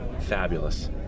Fabulous